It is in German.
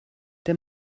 der